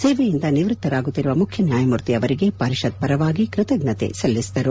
ಸೇವೆಯಿಂದ ನಿವೃತ್ತರಾಗುತ್ತಿರುವ ಮುಖ್ಯನ್ಯಾಯಮೂರ್ತಿ ಅವರಿಗೆ ಪರಿಷತ್ ಪರವಾಗಿ ಕೃತಜ್ಞತೆ ಸಲ್ಲಿಸಿದರು